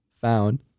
found